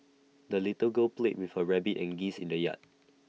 the little girl played with her rabbit and geese in the yard